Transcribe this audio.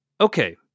Okay